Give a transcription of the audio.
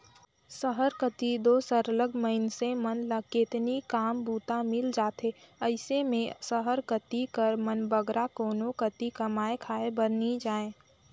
सहर कती दो सरलग मइनसे मन ल केतनो काम बूता मिल जाथे अइसे में सहर कती कर मन बगरा कोनो कती कमाए खाए बर नी जांए